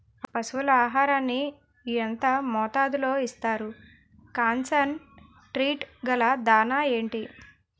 పశువుల ఆహారాన్ని యెంత మోతాదులో ఇస్తారు? కాన్సన్ ట్రీట్ గల దాణ ఏంటి?